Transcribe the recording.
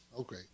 okay